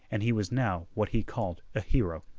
and he was now what he called a hero.